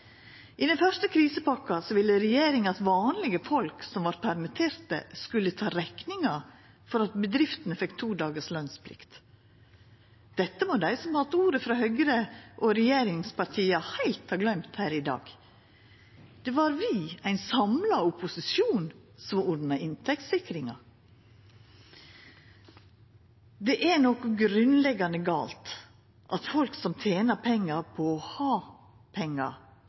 I den første krisepakka ville regjeringa at vanlege folk som vart permitterte, skulle ta rekninga for at bedriftene fekk to dagars lønsplikt. Dette må dei som har hatt ordet frå Høgre og regjeringspartia, heilt ha gløymt her i dag. Det var vi, ein samla opposisjon, som ordna inntektssikringa. Det er noko grunnleggjande gale i at folk som tener pengar på å ha pengar,